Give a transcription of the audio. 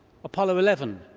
apollo eleven,